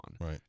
right